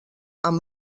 amb